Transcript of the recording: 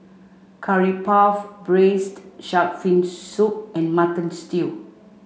curry puff braised shark fin soup and mutton stew